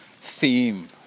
theme